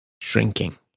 shrinking